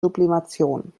sublimation